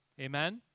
Amen